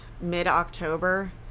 mid-October